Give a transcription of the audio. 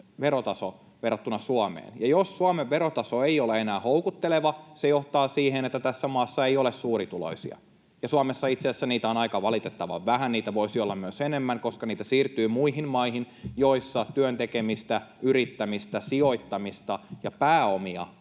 verrattuna Suomeen, ja jos Suomen verotaso ei ole enää houkutteleva, se johtaa siihen, että tässä maassa ei ole suurituloisia. Suomessa itse asiassa niitä on aika valitettavan vähän. Niitä voisi olla myös enemmän, koska niitä siirtyy muihin maihin, joissa työn tekemistä, yrittämistä, sijoittamista ja pääomia